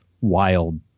wild